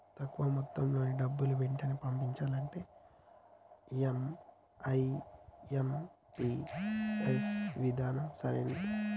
తక్కువ మొత్తంలో డబ్బుని వెంటనే పంపించాలంటే ఐ.ఎం.పీ.ఎస్ విధానం సరైనది